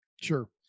Sure